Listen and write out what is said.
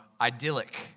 idyllic